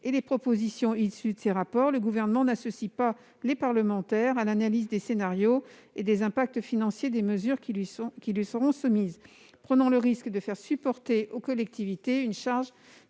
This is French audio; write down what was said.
et les propositions issues de ces rapports, le Gouvernement n'associe pas les parlementaires à l'analyse des scénarios et des impacts financiers des mesures qui leur seront soumises, prenant le risque de faire supporter aux collectivités une charge